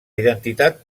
identitat